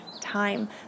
time